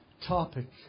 topic